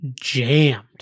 jammed